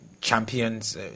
champions